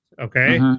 Okay